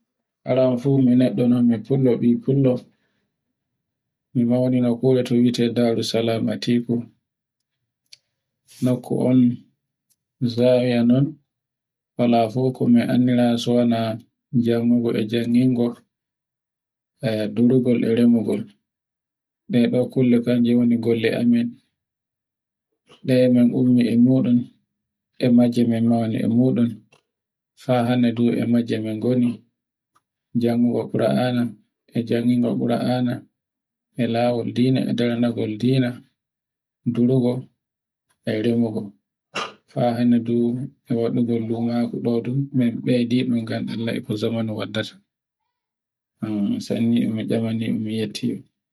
aran fu mi neɗɗ non mi fulo bi fullo, m maunina fu ko twute Salamatiku, nokko on zariya non, wala fu ko mi annidra e sona jannogo e jannungo, e durngol e remugol, e don kulle waɗe golle amin. Ɗe min ummi e muɗum, e majje min mauni e muɗum, fa hajje mongodi e min goni, janngo ngo kura'ana, e lawol dina e ndee, durngo, e remugo haa hannde e wadu ngol lumaaku ɗu min beydiko ngam dun zamanu wadigo, sanne e minchamini on e mi yetti on.